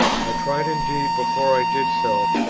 i tried indeed, before i did so,